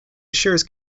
assures